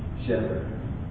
shepherd